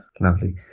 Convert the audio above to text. Lovely